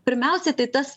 pirmiausia tai tas